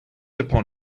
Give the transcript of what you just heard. upon